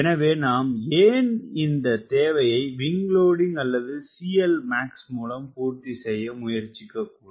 எனவே நாம் ஏன் இந்த தேவையை விங் லோடிங் அல்லது CLmax மூலம் பூர்த்தி செய்ய முயற்சிக்கக்கூடாது